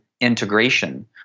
integration